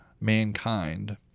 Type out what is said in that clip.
mankind